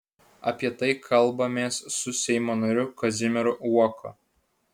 apie tai kalbamės su seimo nariu kazimieru uoka